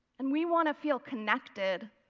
and we want to fell connected,